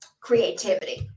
creativity